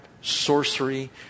sorcery